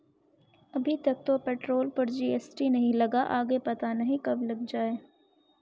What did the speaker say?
अभी तक तो पेट्रोल पर जी.एस.टी नहीं लगा, आगे पता नहीं कब लग जाएं